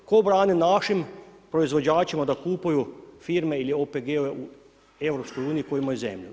Tko brani našim proizvođačima da kupuju firme ili OPG u EU koje imaju zemlju?